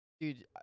Dude